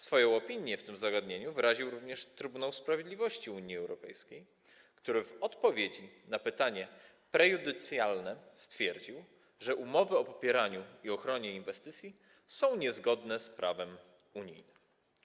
Swoją opinię dotyczącą tego zagadnienia wyraził również Trybunał Sprawiedliwości Unii Europejskiej, który w odpowiedzi na pytanie prejudycjalne stwierdził, że umowy o popieraniu i ochronie inwestycji są niezgodne z prawem Unii.